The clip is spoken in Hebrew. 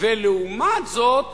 ולעומת זאת